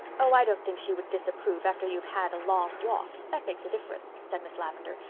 oh, i don't think she would disapprove after you have had a long walk. that makes a difference, said miss lavendar,